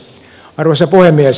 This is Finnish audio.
arvoisa puhemies